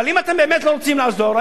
אבל אם אתם באמת לא רוצים לעזור,